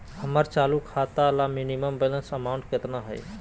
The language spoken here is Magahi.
हमर चालू खाता ला मिनिमम बैलेंस अमाउंट केतना हइ?